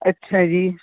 ਅੱਛਾ ਜੀ